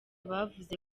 bavuze